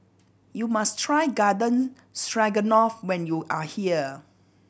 you must try Garden Stroganoff when you are here